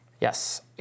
Yes